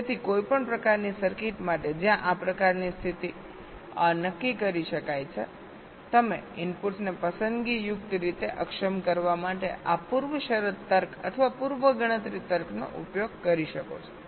તેથી કોઈપણ પ્રકારની સર્કિટ માટે જ્યાં આ પ્રકારની સ્થિતિ નક્કી કરી શકાય છે તમે ઇનપુટ્સને પસંદગીયુક્ત રીતે અક્ષમ કરવા માટે આ પૂર્વ શરત તર્ક અથવા પૂર્વ ગણતરી તર્કનો ઉપયોગ કરી શકો છો